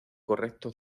correcto